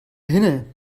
hinne